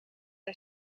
hij